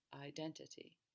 identity